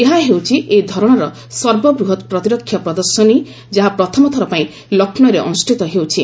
ଏହା ହେଉଛି ଏ ଧରଣର ସର୍ବବୃହତ୍ ପ୍ରତିରକ୍ଷା ପ୍ରଦର୍ଶନୀ ଯାହା ପ୍ରଥମଥର ପାଇଁ ଲକ୍ଷ୍ରୌରେ ଅନୁଷ୍ଠିତ ହେଉଛି